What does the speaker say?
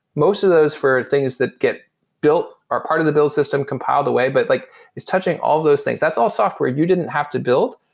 most of those for things that get built are part of the build system compiled away, but like it's touching all those things. that's all software. you didn't have to build.